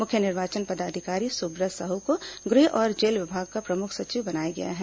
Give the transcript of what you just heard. मुख्य निर्वाचन पदाधिकारी सुब्रत साहू को गृह और जेल विभाग का प्रमुख सचिव बनाया गया है